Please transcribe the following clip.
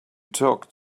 talk